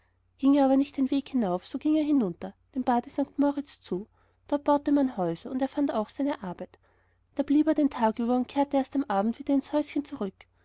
ging er aber nicht den weg hinauf so ging er hinunter dem bade st moritz zu dort baute man häuser und er fand auch seine arbeit da blieb er den tag über und kehrte erst am abend wieder ins häuschen zurück